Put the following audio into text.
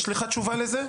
יש לך תשובה לזה?